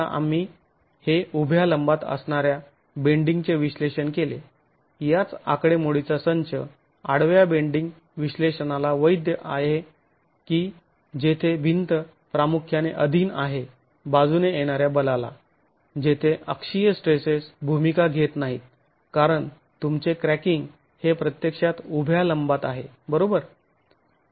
आता आम्ही हे उभ्या लंबात असणार्या बेंडिंग चे विश्लेषण केले याच आकडेमोडीचा संच आडव्या बेंडिंग विश्लेषणाला वैध आहे की जेथे भिंत प्रामुख्याने अधीन आहे बाजूने येणाऱ्या बलाला जेथे अक्षीय स्ट्रेसेस भूमिका घेत नाहीत कारण तुमचे क्रॅकिंग हे प्रत्यक्षात उभ्या लंबात आहे बरोबर